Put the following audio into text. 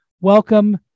Welcome